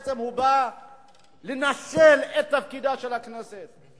בעצם הוא בא לנשל את הכנסת מתפקידה,